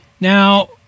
now